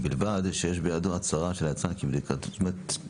ובלבד שיש בידו הצהרה של היצרן כי בדק בבדיקות מקובלות